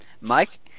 Mike